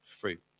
fruit